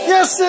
Yes